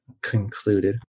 concluded